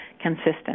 consistent